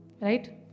right